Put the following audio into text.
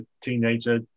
teenager